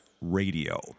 Radio